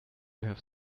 have